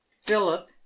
philip